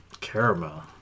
Caramel